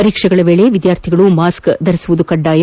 ಪರೀಕ್ಷೆಗಳ ವೇಳೆ ವಿದ್ಯಾರ್ಥಿಗಳು ಮಾಸ್ಕ್ ಧರಿಸುವುದು ಕಡ್ಗಾಯ